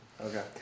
okay